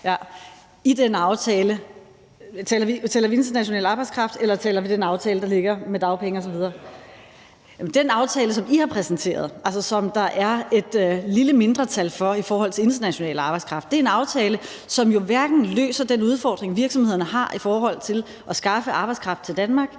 vi taler altså om international arbejdskraft. Den aftale, som I har præsenteret, altså som der er et lille mindretal for, i forhold til international arbejdskraft, er en aftale, som hverken løser den udfordring, virksomhederne har i forhold til at skaffe arbejdskraft til Danmark,